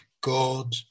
God